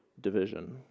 division